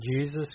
Jesus